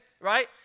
right